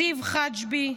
זיו חג'בי,